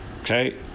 okay